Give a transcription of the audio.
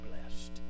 blessed